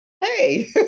hey